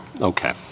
Okay